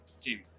team